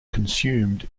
consumed